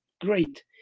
great